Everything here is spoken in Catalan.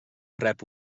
rep